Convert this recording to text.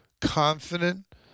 confident